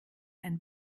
ein